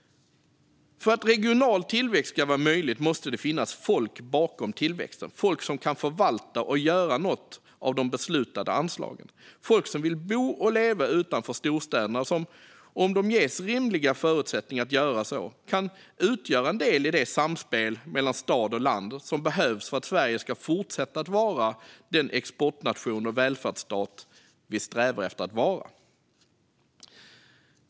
För att regional tillväxt ska vara möjlig måste det finnas folk bakom tillväxten, folk som kan förvalta och göra något av de beslutade anslagen. Det måste finnas folk som vill bo och leva utanför storstäderna och som, om de ges rimliga förutsättningar att göra så, kan utgöra en del i det samspel mellan stad och land som behövs för att Sverige ska fortsätta att vara den exportnation och välfärdsstat som vi strävar efter att vara.